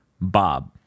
Bob